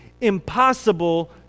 impossible